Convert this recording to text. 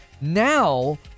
Now